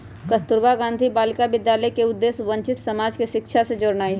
कस्तूरबा गांधी बालिका विद्यालय के उद्देश्य वंचित समाज के शिक्षा से जोड़नाइ हइ